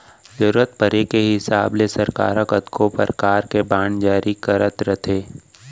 जरूरत परे के हिसाब ले सरकार ह कतको परकार के बांड जारी करत रथे